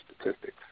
statistics